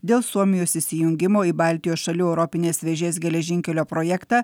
dėl suomijos įsijungimo į baltijos šalių europinės vėžės geležinkelio projektą